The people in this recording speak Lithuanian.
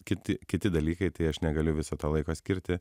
kiti kiti dalykai tai aš negaliu viso to laiko skirti